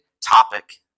topic